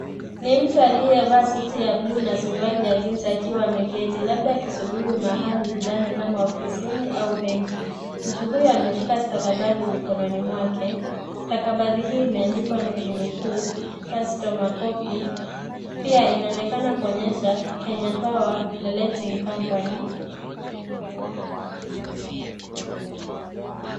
Ni mtu aliyevaa suti ya blue na suruali ya jeans akiwa ameketi labda akisubiri mahali fulani Kama ofisini au benki. Mtu huyu ameshika stakabadhi mkononi wake, stakabadhi hii imeandikwa nikinukuu customer copy pia inaonekana kuonyesha Kenya power and lightning company